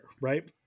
right